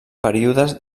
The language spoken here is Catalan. períodes